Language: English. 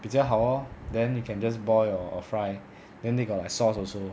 比较好 lor then you can just boil or or fry then they got like sauce also